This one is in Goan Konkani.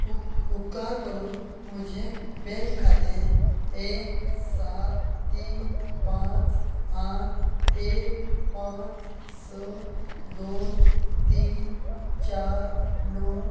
उपकार करून म्हजे बँक खातें एक सात तीन पांच आठ एक पांच स दोन तीन चार णव